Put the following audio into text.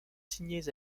signés